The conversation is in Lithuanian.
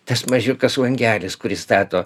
tas mažiukas langelis kur įstato